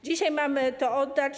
Dzisiaj mamy to oddać.